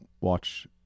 watch